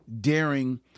daring